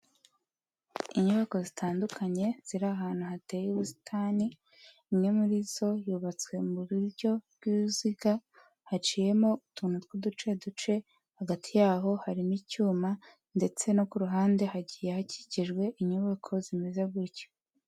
Inyubako zitandukanye ziri ahantu hateye ubusitani, imwe muri zo yubatswe mu buryo bw'ibiziga, haciyemo utuntu tw'uduce duce, hagati yaho harimo icyuma ndetse no ku ruhande hagiye hakikijwe inyubako zimeze gutyo.